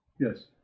Yes